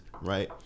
right